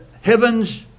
heavens